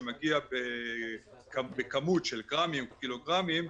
שמגיע בכמות של גרמים וקילוגרמים,